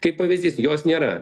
kaip pavyzdys jos nėra